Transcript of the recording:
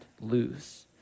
lose